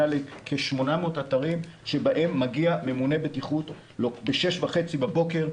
לכ-800 אתרים שבהם מגיע ממונה בטיחות בשש וחצי בבוקר,